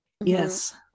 Yes